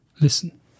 listen